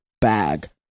bag